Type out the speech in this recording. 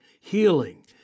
healing